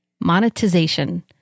Monetization